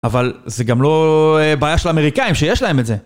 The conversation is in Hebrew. אבל זה גם לא בעיה של האמריקאים שיש להם את זה.